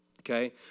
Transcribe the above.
okay